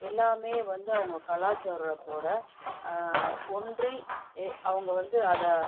எல்லாமே வந்து அவங்க கலாச்சாரத்தோடய ஒன்றி அவங்க வந்து அதை